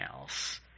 else